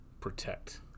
protect